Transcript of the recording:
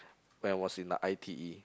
when was in the I_T_E